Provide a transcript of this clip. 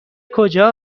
کجا